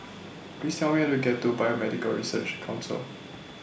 Please Tell Me How to get to Biomedical Research Council